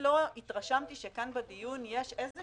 לא התרשמתי שכאן בדיון יש איזה